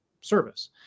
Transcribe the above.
service